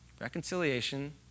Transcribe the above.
reconciliation